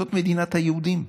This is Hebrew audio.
זאת מדינת היהודים.